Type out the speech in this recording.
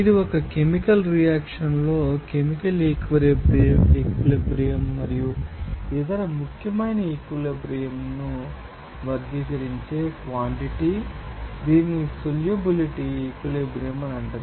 ఇది ఒక chemical reaction లో కెమికల్ ఈక్విలిబ్రియం మరియు ఇతర ముఖ్యమైన ఈక్విలిబ్రియంను వర్గీకరించే క్వాంటిటీ దీనిని సొల్యూబిలిటీ ఈక్విలిబ్రియం అంటారు